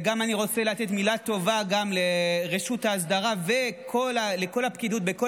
אני רוצה לתת מילה טובה גם לרשות האסדרה ולכל הפקידות בכל